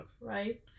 right